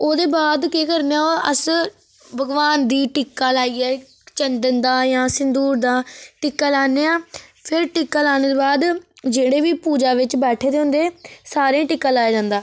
ओह्दे बाद केह् करना अस भगवान दी टिक्का लाइयै चंदन दा जां सिंदूर दा टिक्का लान्ने आं फिर टिक्का लाने दे बाद जेह्ड़़े बी पूजा बिच बैठे दे होंदे सारें गी टिक्का लाया जंदा